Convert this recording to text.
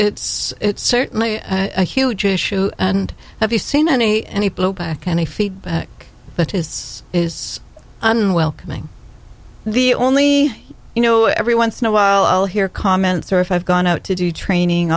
it's certainly a huge issue and have you seen any any blowback any feedback that is is unwelcoming the only you know every once in a while i'll hear comments or if i've gone out to do training